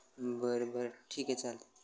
बरं बरं ठीक आहे चालेल